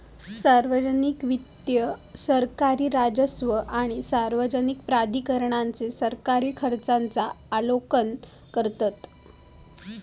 सार्वजनिक वित्त सरकारी राजस्व आणि सार्वजनिक प्राधिकरणांचे सरकारी खर्चांचा आलोकन करतत